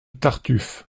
tartuffe